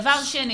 דבר שני